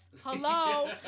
Hello